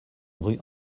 rue